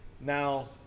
now